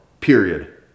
period